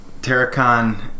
Terracon